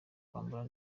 kwambara